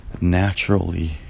naturally